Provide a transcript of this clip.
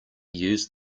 used